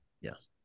Yes